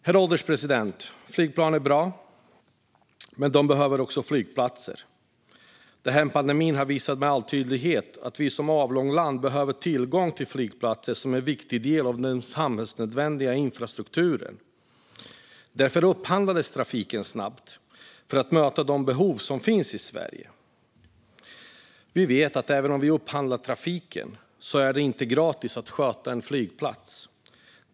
Herr ålderspresident! Flygplan är bra, men de behöver flygplatser. Pandemin har med all tydlighet visat att vi som ett avlångt land behöver tillgång till flygplatser som en viktig del av den samhällsnödvändiga infrastrukturen. Därför upphandlades trafiken snabbt för att möta de behov som finns i Sverige. Vi vet att även om vi upphandlar trafiken så är det inte gratis att sköta en flygplats.